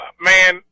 man